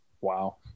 Wow